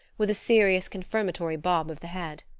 with a serious, confirmatory bob of the head.